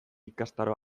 ikastaro